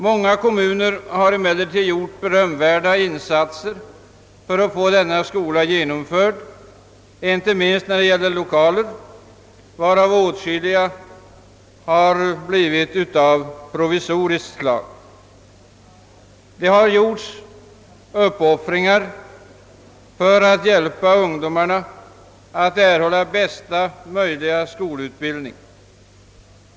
Många kommuner har emellertid gjort berömvärda insatser för att få denna skola genomförd, inte minst när det gäller lokaler, varav åtskilliga har blivit av provisoriskt slag. Det har skett uppoffringar för att man skall kunna hjälpa ungdomarna att erhålla bästa möjliga skolutbildning.